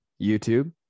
youtube